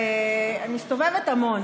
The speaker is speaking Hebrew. מסתובבת המון.